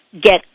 Get